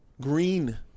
green